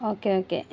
okay okay